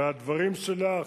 והדברים שלך,